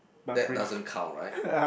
that doesn't count right